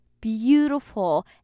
beautiful